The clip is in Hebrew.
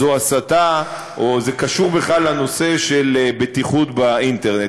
זה הסתה או זה קשור בכלל לנושא של בטיחות באינטרנט.